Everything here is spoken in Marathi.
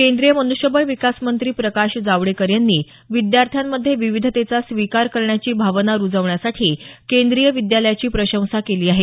केंद्रीय मनुष्यबळ विकास मंत्री प्रकाश जावडेकर यांनी विद्यार्थ्यांमध्ये विविधतेचा स्वीकार करण्याची भावना रुजवण्यासाठी केंद्रीय विद्यालयाची प्रशंसा केली आहे